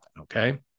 Okay